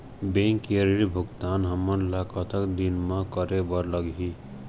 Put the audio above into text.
Bank के ऋण भुगतान हमन ला कतक दिन म करे बर लगही?